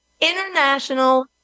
international